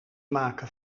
maken